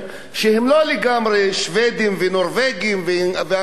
שהם לא לגמרי שבדים ונורבגים ואנגלים,